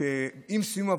שעם סיום העבודות,